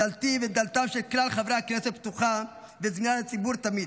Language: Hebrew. דלתי ודלתם של כלל חברי הכנסת פתוחה וזמינה לציבור תמיד,